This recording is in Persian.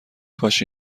کاش